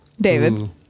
David